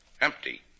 Empty